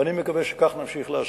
ואני מקווה שכך נמשיך לעשות.